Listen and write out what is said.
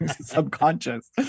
subconscious